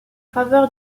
faveur